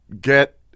get